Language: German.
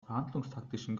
verhandlungstaktischen